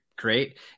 great